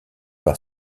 par